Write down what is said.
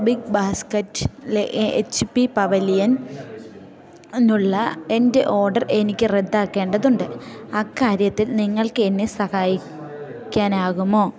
big ബാസ്ക്കറ്റ്ലെ A H P pavilion ന്നുള്ള എൻ്റെ ഓർഡർ എനിക്ക് റദ്ദാക്കേണ്ടതുണ്ട് അക്കാര്യത്തിൽ നിങ്ങൾക്ക് എന്നെ സഹായിക്കാനാകുമോ